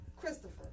Christopher